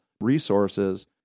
resources